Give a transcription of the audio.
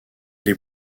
les